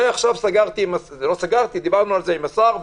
זה עכשיו דיברנו עם השר.